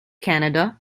canada